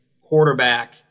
quarterback